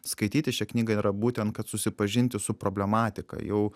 skaityti šią knygą yra būtent kad susipažinti su problematika jau